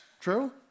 True